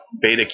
beta